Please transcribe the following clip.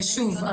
שוב,